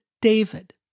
David